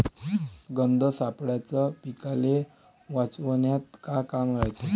गंध सापळ्याचं पीकाले वाचवन्यात का काम रायते?